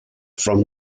from